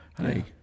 hey